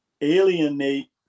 alienate